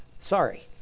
Sorry